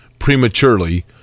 Prematurely